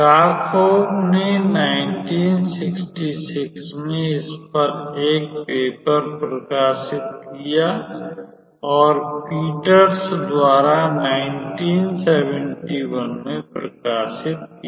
गा खोव ने 1966 में इस पर एक पेपर प्रकाशित किया और पीटर्स द्वारा 1971 में प्रकाशित किया